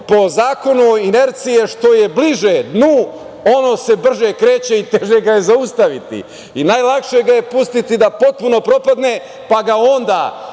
po zakonu o inerciji je što je bliže dnu, ono se brže kreće i teže ga je zaustaviti. Najlakše ga je pustiti da potpuno propadne pa ga onda